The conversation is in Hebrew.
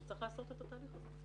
את התהליך הזה צריך לעשות.